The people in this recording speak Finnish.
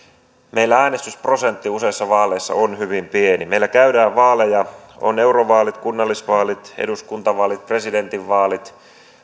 meillä äänestysprosentti useissa vaaleissa on hyvin pieni meillä käydään vaaleja on eurovaalit kunnallisvaalit eduskuntavaalit presidentinvaalit